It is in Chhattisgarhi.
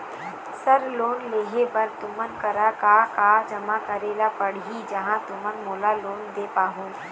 सर लोन लेहे बर तुमन करा का का जमा करें ला पड़ही तहाँ तुमन मोला लोन दे पाहुं?